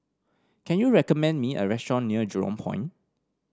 can you recommend me a restaurant near Jurong Point